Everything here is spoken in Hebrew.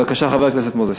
בבקשה, חבר הכנסת מוזס.